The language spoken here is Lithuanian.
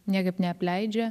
niekaip neapleidžia